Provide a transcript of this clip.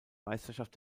meisterschaft